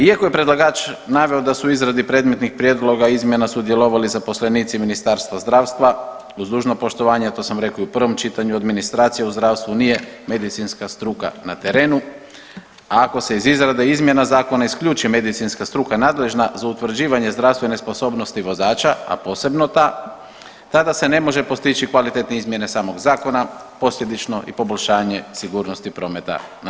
Iako je predlagač naveo da su u izradi predmetnih prijedloga izmjena sudjelovali zaposlenici Ministarstva zdravstva uz dužno poštovanje, a to sam rekao i u prvom čitanju administracija u zdravstvu nije medicinska struka na terenu, a ako se iz izrade izmjena zakona isključi medicinska struka nadležna za utvrđivanje zdravstvene sposobnosti vozača, a posebno ta, tada se ne može postići kvalitetne izmjene samog zakona posljedično i poboljšanje sigurnosti prometa na